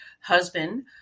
husband